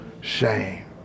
shame